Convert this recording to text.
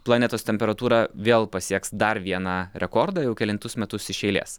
planetos temperatūra vėl pasieks dar vieną rekordą jau kelintus metus iš eilės